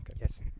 Yes